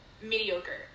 mediocre